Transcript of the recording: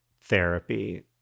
therapy